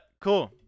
cool